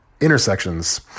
intersections